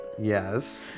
Yes